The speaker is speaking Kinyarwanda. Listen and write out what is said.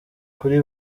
kuri